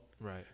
Right